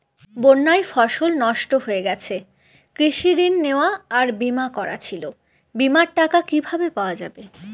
বন্যায় ফসল নষ্ট হয়ে গেছে কৃষি ঋণ নেওয়া আর বিমা করা ছিল বিমার টাকা কিভাবে পাওয়া যাবে?